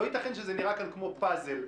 לא ייתכן שזה נראה כאן כמו פאזל.